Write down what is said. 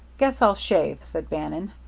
guess i'll shave, said bannon.